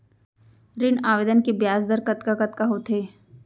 ऋण आवेदन के ब्याज दर कतका कतका होथे?